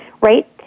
right